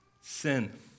sin